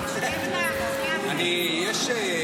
אדוני היושב